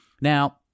Now